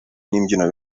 n’imbyino